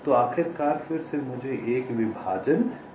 तो आखिरकार फिर से मुझे एक विभाजन मिलता है